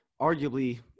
arguably